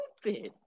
stupid